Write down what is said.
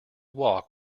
walk